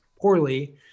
poorly